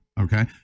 okay